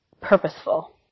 purposeful